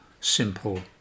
Simple